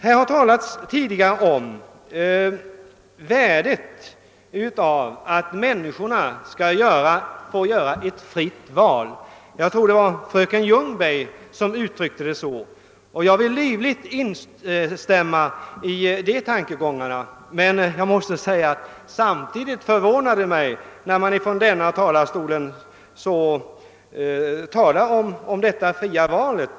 Här har tidigare talats om värdet av att människorna får göra ett fritt val — jag tror det var fröken Ljungberg som uttryckte saken så. Jag vill livligt instämma i dessa tankegångar, men jag måste samtidigt säga att det förvånar mig att vissa talare yttrar sig om detta fria val.